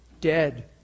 dead